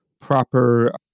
proper